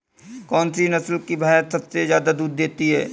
कौन सी नस्ल की भैंस सबसे ज्यादा दूध देती है?